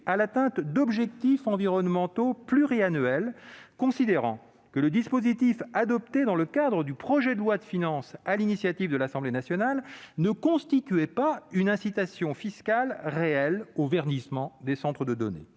à l'atteinte d'objectifs environnementaux pluriannuels ; elle considère en effet que le dispositif adopté dans le cadre du projet de loi de finances sur l'initiative de l'Assemblée nationale ne constituait pas une incitation fiscale réelle au verdissement des centres de données.